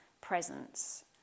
presence